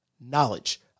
Knowledge